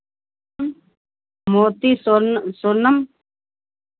मोती सोन् सोनम